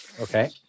Okay